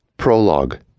Prologue